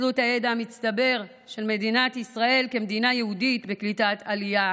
נצלו את הידע המצטבר של מדינת ישראל כמדינה יהודית בקליטת עלייה